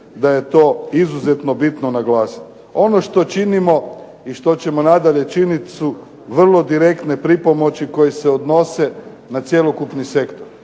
da je to izuzetno bitno naglasiti. Ono što činimo i što ćemo i nadalje činiti su vrlo direktne pripomoći koje se odnose na cjelokupni sektor.